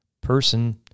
person